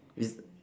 is